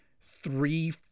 three